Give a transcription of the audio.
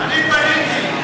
אני פניתי,